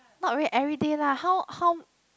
not really everyday lah how how